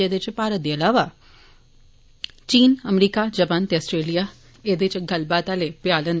एह्दे इच भारत दे अलावा चीन अमरीका जपान ते आस्ट्रेलिया एहदे इच गल्ल बात आले भ्याल न